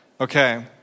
Okay